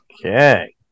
Okay